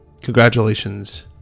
Congratulations